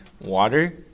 water